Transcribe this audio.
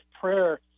prayer